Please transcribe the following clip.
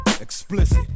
Explicit